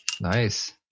Nice